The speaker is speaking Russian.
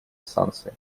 санкции